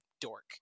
dork